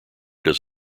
does